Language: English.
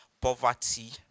poverty